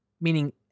meaning